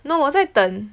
no 我在等